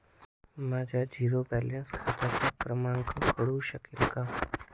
माझ्या zero balance खात्याचा क्रमांक कळू शकेल का?